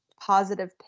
positive